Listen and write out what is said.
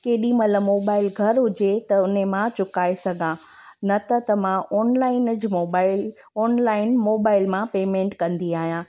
केॾीमहिल मोबाइल घरु हुजे त उन मां चुकाए सघां न त त मां ऑनलाइन च मोबाइल ऑनलाइन मोबाइल मां पेमेंट कंदी आहियां